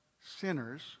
sinners